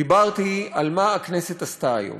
דיברתי על מה שהכנסת עשתה היום.